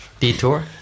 Detour